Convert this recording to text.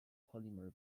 polymer